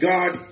God